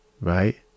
right